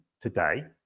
today